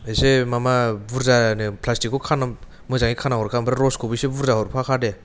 एसे मामा बुरजा नो प्लासथिखखौ मोजांयै खाना हरखा ओमफ्राय रसखौबो एसे बुरजा हरफाखा दे